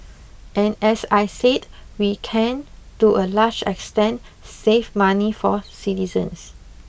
and as I said we can to a large extent save money for citizens